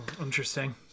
Interesting